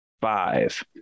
Five